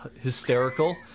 hysterical